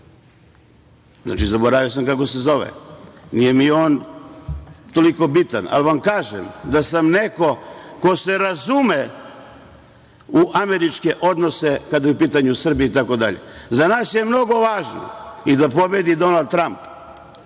ljudi? Zaboravio sam kako se zove, nije mi on toliko bitan. Ali vam kažem da sam neko ko se razume u američke odnose kada su pitanju Srbi.Za nas je mnogo važno i da pobedi Donald Tramp,